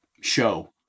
show